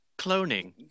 Cloning